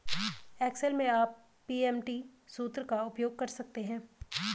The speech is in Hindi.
एक्सेल में आप पी.एम.टी सूत्र का उपयोग कर सकते हैं